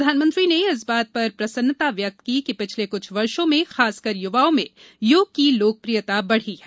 प्रधानमंत्री ने इस बात पर प्रसन्नता व्यक्त की कि पिछले कुछ वर्षो में खासकर युवाओं में योग की लोकप्रियता बढ़ी है